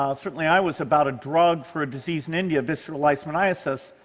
um certainly i was, about drug for a disease in india, visceral leishmaniasis,